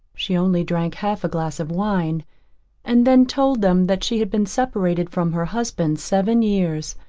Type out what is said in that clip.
she only drank half a glass of wine and then told them that she had been separated from her husband seven years,